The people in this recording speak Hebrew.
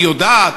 היא יודעת?